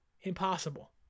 impossible